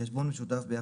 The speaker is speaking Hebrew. "חשבון משותף"